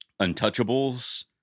Untouchables